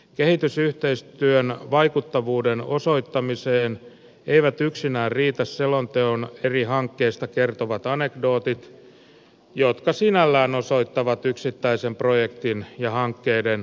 kehitysyhteistyön vaikuttavuuden osoittamiseen eivät yksinään riitä selonteon eri hankkeista kertovat anekdootit jotka sinällään osoittavat yksittäisen projektin ja hankkeiden onnistumista